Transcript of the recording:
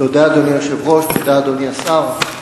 תודה, אדוני היושב-ראש, תודה, אדוני השר.